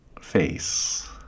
face